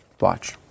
Watch